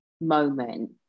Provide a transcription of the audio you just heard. moment